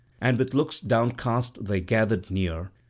and with looks downcast they gathered near,